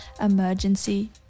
emergency